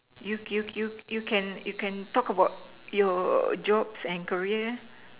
you you you you can you can talk about your jobs and career